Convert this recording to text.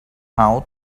out